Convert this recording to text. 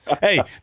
Hey